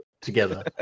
together